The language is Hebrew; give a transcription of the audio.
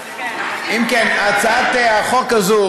אם כן, הצעת החוק הזו